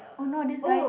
oh no this guy